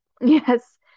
Yes